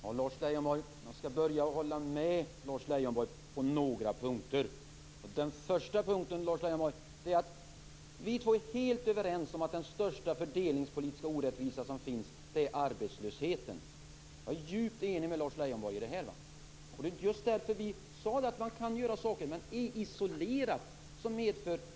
Fru talman! Jag skall börja med att hålla med Lars Leijonborg på några punkter. Den första punkten är att vi två är helt överens om att den största fördelningspolitiska orättvisa som finns är arbetslösheten. Jag är djupt enig med Lars Leijonborg i detta. Det var just därför vi sade att man kan göra saker, men ej isolerat.